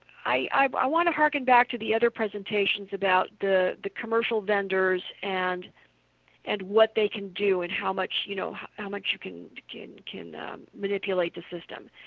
i want to hearken back to the other presentations about the the commercial vendors and and what they can do, and how much you know ah much you can can manipulate the system.